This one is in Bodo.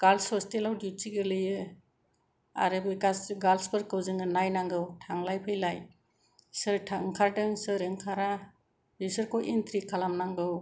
गार्ल्स हस्टेलाव दिउटि गोलैयो आरो बे गार्ल्सफोरखौ जोङो नायनांगौ थांलाय फैलाय सोर ओंखारदों सोर ओंखारा बिसोरखौ एन्ट्रि खालाम नांगौ